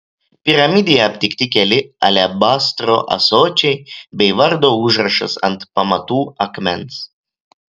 piramidėje aptikti keli alebastro ąsočiai bei vardo užrašas ant pamatų akmens